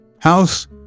House